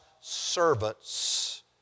servants